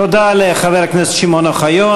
תודה לחבר הכנסת שמעון אוחיון.